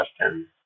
question